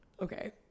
Okay